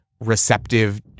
receptive